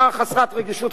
חסרת הרגישות הזאת,